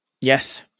Yes